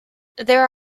there